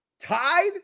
tied